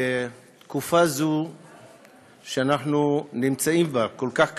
שבתקופה זו שאנחנו נמצאים בה, כל כך קשה,